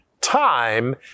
time